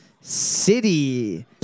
city